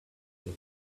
said